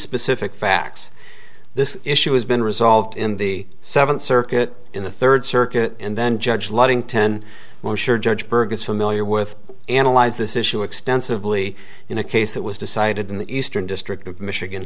specific facts this issue has been resolved in the seventh circuit in the third circuit and then judge ludington i'm sure judge berg is familiar with analyze this issue extensively in a case that was decided in the eastern district of michigan